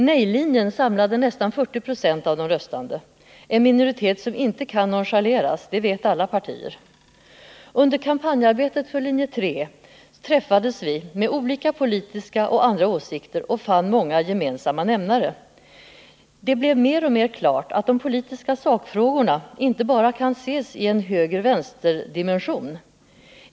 Nej-linjen samlade nästan 40 96 av de röstande, en minoritet som inte kan nonchaleras, det vet alla partier. Under kampanjarbetet för linje 3 träffades vi med olika politiska och andra åsikter och fann många gemensamma nämnare. Det blev mer och mer klart att de politiska sakfrågorna inte bara kan ses i en höger-vänster-dimension.